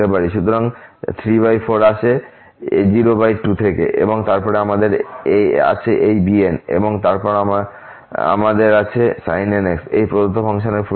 সুতরাং 34 আসে a02 থেকে এবং তারপর আমাদের আছে এই bn এবং তারপর য়ামাদের আছে sin nx তাই এই প্রদত্ত ফাংশনের ফুরিয়ার সিরিজ